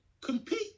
compete